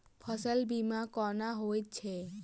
फसल बीमा कोना होइत छै?